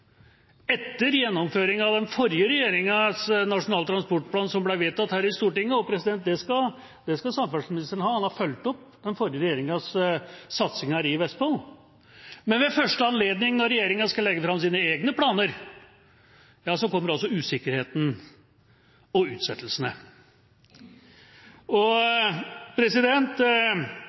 etter gjennomføringen av den forrige regjeringas nasjonale transportplan som ble vedtatt her i Stortinget – og det skal samferdselsministeren ha, han har fulgt opp den forrige regjeringas satsinger i Vestfold – når regjeringa skal legge fram sine egne planer, kommer altså usikkerheten og utsettelsene. Vi så det i forbindelse med manglende avsetting av planleggingsmidler for årets budsjett, og